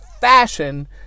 fashion